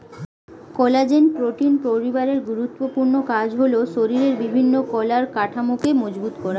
collagen protein পরিবারের গুরুত্বপূর্ণ কাজ হলো শরীরের বিভিন্ন কলার কাঠামোকে মজবুত করা